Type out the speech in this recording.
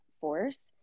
force